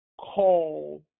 call